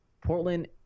Portland